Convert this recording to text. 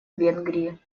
венгрии